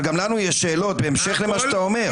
אבל גם לנו יש שאלות בהמשך למה שאתה אומר.